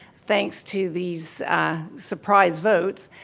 thanks to these surprise votes,